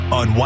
on